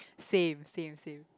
same same same